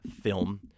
film